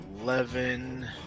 eleven